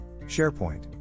SharePoint